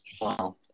wow